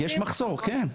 יש מחסור, כן.